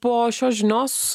po šios žinios